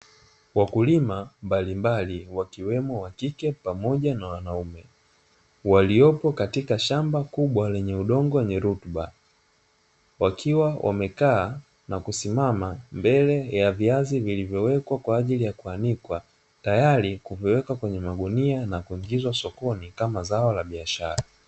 Wakulima mbalimbali wakiwemo wakike pamoja na wanaume waliopo katika shamba kubwa lenye udongo wenye rutuba, wakiwa wamekaa na kusimama mbele ya viazi vilivyowekwa kwa ajili ya kuanikwa, tayari kuviweka kwenye magunia na kuingizwa sokoni kama zao la biashara.